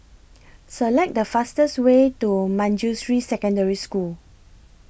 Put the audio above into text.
Select The fastest Way to Manjusri Secondary School